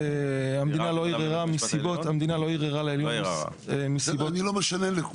המדינה לא ערערה לעליון מסיבות --- בסדר לא משנה.